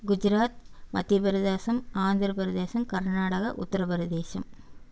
Gujarat Madhya Pradesh Andhra Pradesh Karnataka Uttar Pradesh